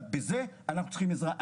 בזה אנחנו צריכים עזרה.